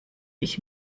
ich